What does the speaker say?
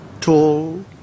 tall